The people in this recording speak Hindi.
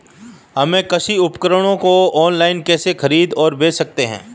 हम कृषि उपकरणों को ऑनलाइन कैसे खरीद और बेच सकते हैं?